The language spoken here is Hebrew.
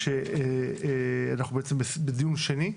שאנחנו בעצם בדיון שני.